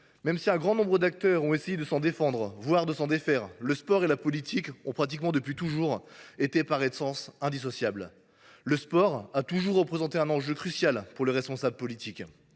Même si un grand nombre d’acteurs ont essayé de s’en défendre, voire de s’en défaire, le sport et la politique ont pratiquement depuis toujours été indissociables. Le sport a toujours représenté un enjeu crucial pour les responsables politiques.